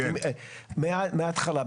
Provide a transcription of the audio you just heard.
מההתחלה,